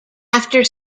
after